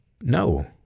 no